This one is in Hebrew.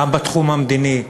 גם בתחום המדיני,